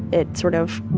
it sort of,